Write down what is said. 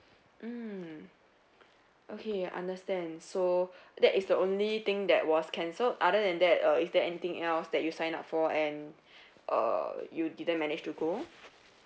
mm okay understand so that is the only thing that was cancelled other than that uh is there anything else that you sign up for and uh you didn't manage to go